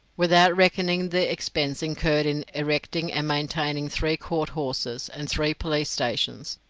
without reckoning the expense incurred in erecting and maintaining three court houses, and three police stations,